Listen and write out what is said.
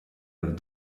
other